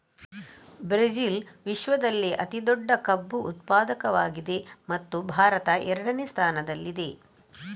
Brazil ವಿಶ್ವದಲ್ಲೇ ಅತಿ ದೊಡ್ಡ ಕಬ್ಬು ಉತ್ಪಾದಕವಾಗಿದೆ ಮತ್ತು ಭಾರತ ಎರಡನೇ ಸ್ಥಾನದಲ್ಲಿದೆ